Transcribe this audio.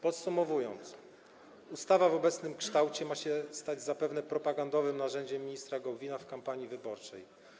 Podsumowując, ustawa w obecnym kształcie ma się stać zapewne propagandowym narzędziem ministra Gowina w kampanii wyborczej.